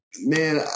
man